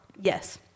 Yes